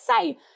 say